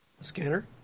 Scanner